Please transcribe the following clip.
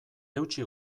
eutsi